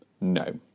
No